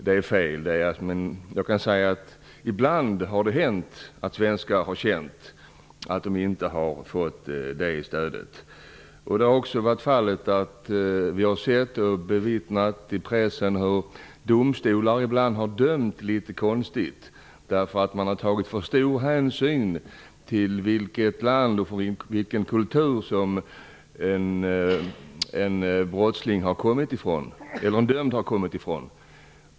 Detta är fel, men det har ibland hänt att svenskar har upplevt att de inte har fått samma stöd. Vi har också genom pressen kunnat bevittna hur domstolar ibland har dömt på ett litet märkligt sätt. De har tagit för stor hänsyn till vilket land och vilken kultur som en dömd har kommit ifrån.